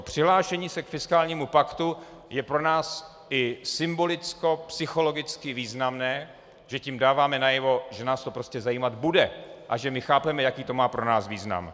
Přihlášení se k fiskálnímu paktu je pro nás i symbolickopsychologicky významné, že tím dáváme najevo, že nás to prostě zajímat bude a že chápeme, jaký to má pro nás význam.